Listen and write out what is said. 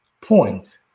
point